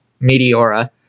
Meteora